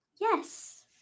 Yes